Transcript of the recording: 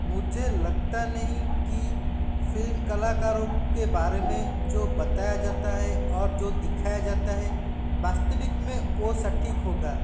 मुझे लगता नहीं कि फ़िल्म कलाकारों के बारे में जो बताया जाता है और जो दिखाया जाता है वास्तविक में वो सटीक होगा